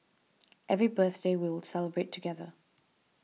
every birthday we'll celebrate together